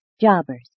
jobbers